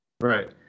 right